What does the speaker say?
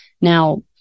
Now